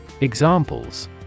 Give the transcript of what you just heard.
Examples